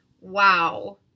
Wow